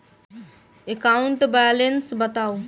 account balance बताउ